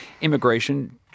immigration